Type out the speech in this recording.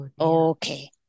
okay